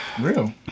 Real